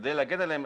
וכדי להגן עליהם,